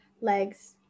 Legs